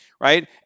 right